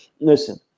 listen